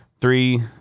three